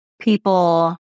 people